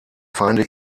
feinde